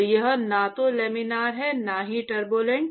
तो यह न तो लामिना है और न ही टर्बूलेंट